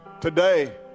today